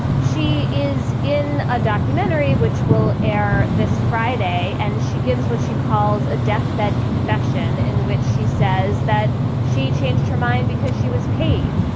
she is in a documentary which will air this friday, and she gives what she calls a deathbed confession in which she says that she changed her mind because she was paid.